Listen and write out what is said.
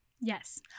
Yes